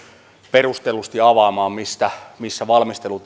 perustellusti avaamaan missä valmistelu